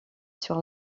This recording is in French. sur